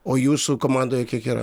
o jūsų komandoje kiek yra